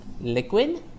liquid